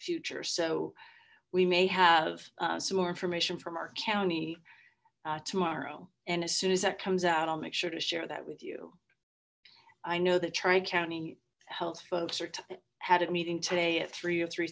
future so we may have some more information from our county tomorrow and as soon as that comes out i'll make sure to share that with you i know that tri county health folks are had a meeting today at three